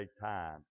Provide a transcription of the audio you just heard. time